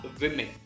women